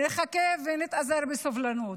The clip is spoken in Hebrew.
נחכה ונתאזר בסבלנות.